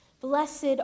Blessed